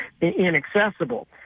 inaccessible